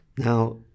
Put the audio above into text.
Now